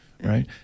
Right